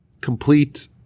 complete